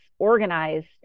organized